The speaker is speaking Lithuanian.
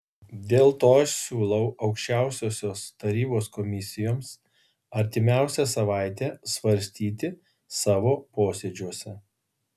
dėl to aš siūlau aukščiausiosios tarybos komisijoms artimiausią savaitę svarstyti savo posėdžiuose